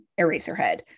Eraserhead